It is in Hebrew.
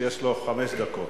שיש לו חמש דקות.